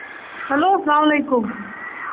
hello سلام علیکُم